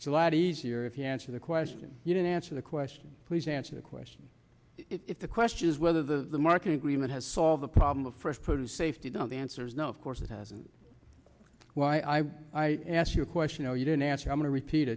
it's a lot easier if you answer the question you didn't answer the question please answer the question if the question is whether the market agreement has solve the problem of first put of safety down the answer's no of course it hasn't why i ask you a question oh you didn't answer i'm going to repeat